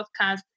podcast